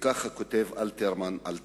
וכך כותב אלתרמן על טובי: